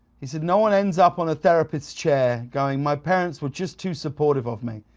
he said, no one ends up on a therapist's chair going, my parents were just too supportive of me,